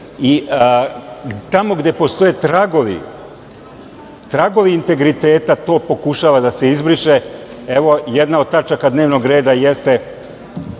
Tamo gde postoje tragovi, tragovi integriteta, to pokušava da se izbriše, ovo je jedna od tačaka dnevnog reda jeste